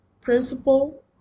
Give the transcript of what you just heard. principal